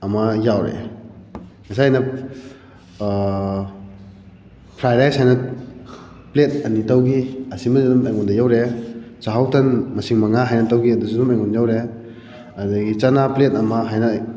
ꯑꯃ ꯌꯥꯎꯔꯛꯑꯦ ꯉꯁꯥꯏ ꯑꯩꯅ ꯐ꯭ꯔꯥꯏ ꯔꯥꯏꯁ ꯍꯥꯏꯅ ꯄ꯭ꯂꯦꯠ ꯑꯅꯤ ꯇꯧꯈꯤ ꯑꯁꯤꯃ ꯑꯗꯨꯝ ꯑꯩꯉꯣꯟꯗ ꯌꯧꯔꯛꯑꯦ ꯆꯥꯛꯍꯥꯎ ꯇꯟ ꯃꯁꯤꯡ ꯃꯉꯥ ꯍꯥꯏꯅ ꯇꯧꯈꯤꯕꯗꯨꯁꯨ ꯑꯩꯉꯣꯟꯗ ꯌꯧꯔꯛꯑꯦ ꯑꯗꯨꯗꯒꯤ ꯆꯅꯥ ꯄ꯭ꯂꯦꯠ ꯑꯃ ꯍꯥꯏꯅ